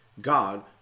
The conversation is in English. God